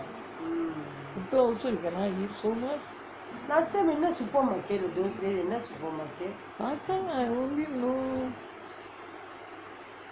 muttai also you cannot eat so much last time I only know